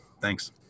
Thanks